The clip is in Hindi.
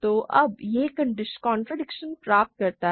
तो अब यह कंट्राडिक्शन प्राप्त करता है